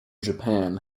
japan